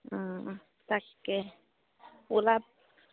তাকে